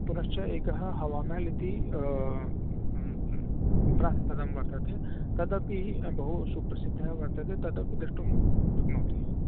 पुनश्च एकः हवामेहल् इति वर्तते तदपि बहू सुप्रसिद्धः वर्तते तदपि द्रष्टुं शक्नोति